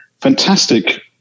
fantastic